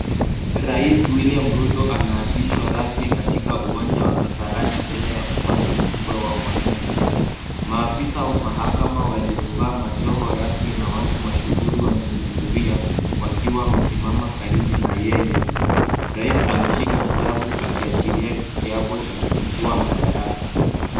Rais William Ruto anaapishwa rasmi katika uwanja wa Kasarani mbele ya umati mkubwa wa mwananchi. Maafisa wa mahakama waliovaa majoho rasmi na watu mashuhuri wamehudhuria wakiwa wamesimama karibu na yeye. Rais ameshika kitabu akiashiria kiapo cha kuchukua madaraka.